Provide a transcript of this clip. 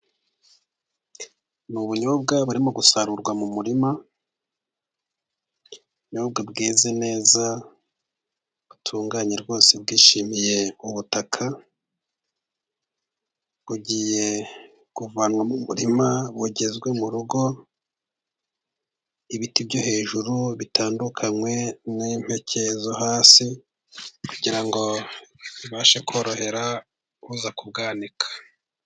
Ni ubunyobwa burimo gusarurwa mu murima, ubunyobwa bweze neza, butunganye rwose bwishimiye ubutaka. Bugiye kuvanwa mu murima, bugezwe mu rugo, ibiti byo hejuru bitandukanywe n'impeke zo hasi kugira ngo bibashe korohera uza kubwanika.